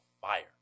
fire